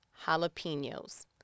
jalapenos